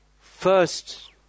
first